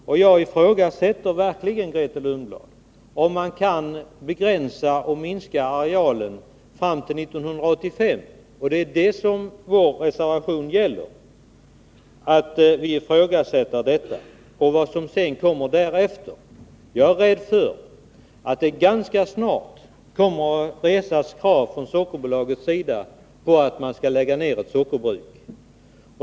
Och jag ifrågasätter verkligen, Grethe Lundblad, om man kan begränsa och minska sockerbetsarealen fram till 1985. Det är det som vår reservation gäller. Vi ifrågasätter detta och vad som kommer därefter. Jag är rädd för att det ganska snart kommer att resas krav från Sockerbolagets sida att man skall lägga ned ett sockerbruk.